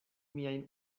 miajn